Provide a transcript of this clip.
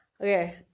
okay